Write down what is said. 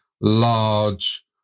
large